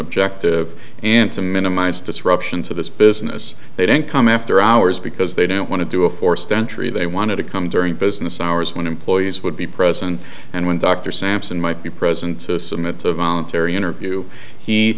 objective and to minimize disruption to this business they didn't come after hours because they didn't want to do a forced entry they wanted to come during business hours when employees would be present and when dr sampson might be present to submit to voluntary interview he